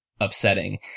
upsetting